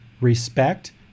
respect